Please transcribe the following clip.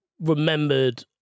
remembered